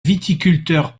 viticulteur